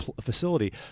facility